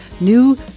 new